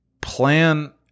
plan